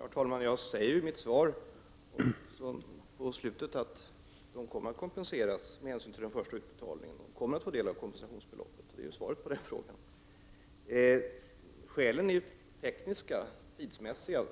Herr talman! Jag säger ju i slutet av mitt svar att dessa jordbrukare kommer att få del av kompensationsbeloppet vid den första utbetalningen. Det är svaret på Göran Engströms fråga. Skälen är tekniska och tidsmässiga.